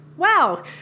wow